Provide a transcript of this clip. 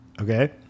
okay